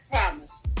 promise